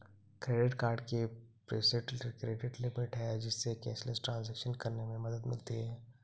credit card की preset credit limit है, जिससे कैशलेस ट्रांज़ैक्शन करने में मदद मिलती है